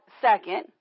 second